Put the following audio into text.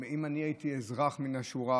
אם הייתי אזרח מהשורה,